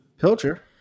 Pilcher